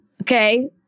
Okay